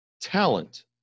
talent